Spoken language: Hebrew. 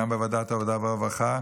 גם בוועדת העבודה והרווחה,